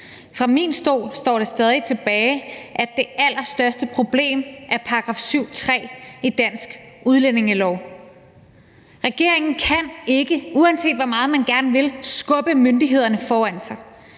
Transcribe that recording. Fra min stol står det stadig tilbage, at det allerstørste problem er § 7, stk. 3, i dansk udlændingelov. Regeringen kan ikke, uanset hvor meget man gerne vil, skubbe myndighederne foran sig.